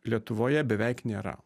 lietuvoje beveik nėra